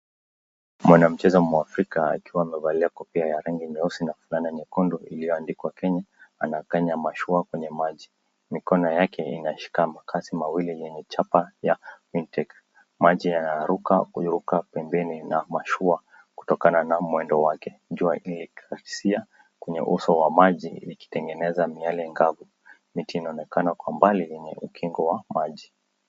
Mwanamcheza Mwafrika akiwa amevalia kofia ya rangi nyeusi na fulana nyekundu iliyoandikwa Kenya, anakanya mashua kwenye maji. Mikono yake inashika makasi mawili yenye chapa ya Mintech . Maji yanaruka kuruka pembeni na mashua kutokana na mwendo wake. Jua ilikasia kwenye uso wa maji ikitengeneza miale ngavu. Miti inaonekana kwa mbali yenye ukingo wa maji.